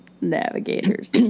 navigators